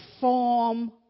form